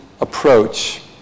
approach